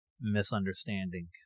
misunderstanding